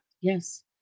Yes